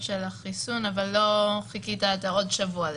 של החיסון אבל לא חיכית את העוד שבוע לדוגמא,